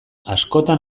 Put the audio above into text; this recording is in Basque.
askotan